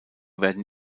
werden